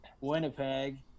Winnipeg